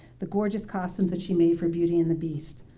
the gorgeous costumes that she made for beauty and the beast,